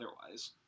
otherwise